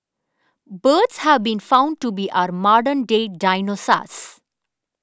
birds have been found to be our modern day dinosaurs